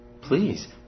Please